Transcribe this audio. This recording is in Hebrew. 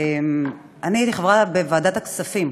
אני הייתי חברה בוועדת הכספים,